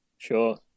Sure